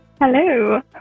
Hello